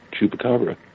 Chupacabra